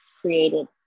created